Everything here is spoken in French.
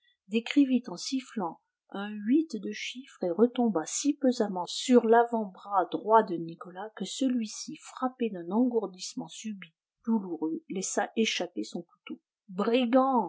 décrivit en sifflant un huit de chiffre et retomba si pesamment sur l'avant-bras droit de nicolas que celui-ci frappé d'un engourdissement subit douloureux laissa échapper son couteau brigand